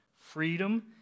freedom